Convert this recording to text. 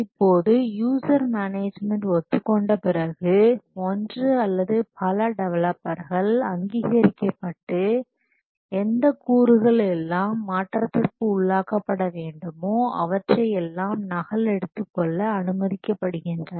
இப்போது user management ஒத்துக் கொண்ட பிறகு ஒன்று அல்லது பல டெவலப்பர்கள் அங்கீகரிக்கப்பட்டு எந்த கூறுகள் எல்லாம் மாற்றத்திற்கு உள்ளாக்கப்பட வேண்டுமோ அவற்றையெல்லாம் நகல் எடுத்துக் கொள்ள அனுமதிக்கப்படுகின்றனர்